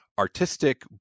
artistic